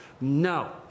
No